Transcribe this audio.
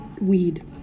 Weed